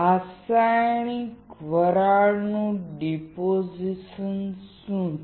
રાસાયણિક વરાળનું ડિપોઝિશન શું છે